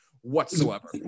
whatsoever